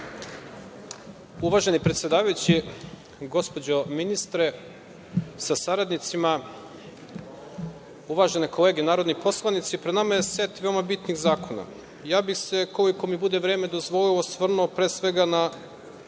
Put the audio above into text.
Uvaženi predsedavajući, gospođo ministre sa saradnicima, uvažene kolege narodni poslanici, pred nama je set veoma bitnih zakona. Ja bih se koliko mi bude vreme dozvolilo osvrnuo, pre svega, na